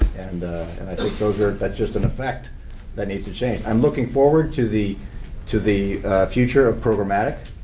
and i think those are that's just an effect that needs to change. i'm looking forward to the to the future of programmatic.